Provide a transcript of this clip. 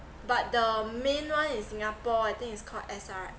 but the main one in singapore I think it's called S_R